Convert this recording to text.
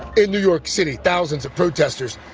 in new york city, thousands of protesters,